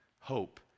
hope